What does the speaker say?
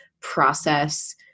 process